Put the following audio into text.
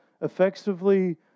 effectively